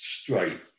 Straight